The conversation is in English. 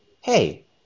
Hey